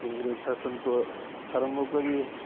ଇଂରେଜ ଶାସନଠୁ ଆରମ୍ଭ କରି